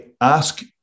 Ask